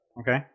Okay